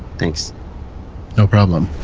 thanks no problem